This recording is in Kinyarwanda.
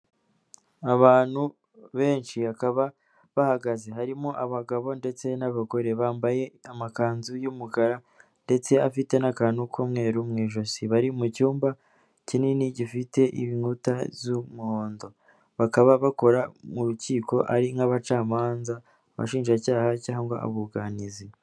Abantu benshi bakaba bahagaze harimo abagabo ndetse n'abagore bambaye amakanzu y'umukara ndetse afite n'akantu k'umweru mu ijosi bari mu cyumba kinini gifite inkuta z'umuhondo bakaba bakora mu rukiko ari nk'abacamanza abashinjacyaha cyangwa abunganizi.